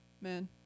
man